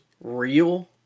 real